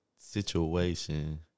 situation